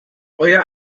euer